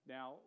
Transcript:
Now